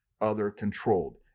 other-controlled